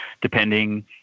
depending